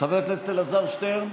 חבר הכנסת אלעזר שטרן,